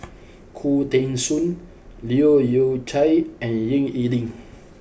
Khoo Teng Soon Leu Yew Chye and Ying E Ding